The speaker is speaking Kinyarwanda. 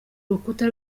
rukuta